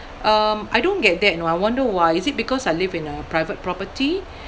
um I don't get that know I wonder why is it because I live in a private property